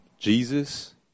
Jesus